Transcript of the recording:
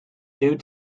due